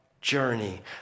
journey